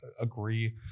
agree